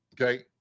okay